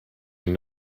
are